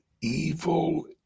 evil